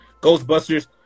Ghostbusters